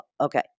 Okay